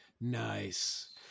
Nice